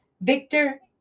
Victor